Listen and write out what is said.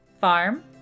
farm